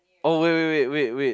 oh wait wait wait wait wait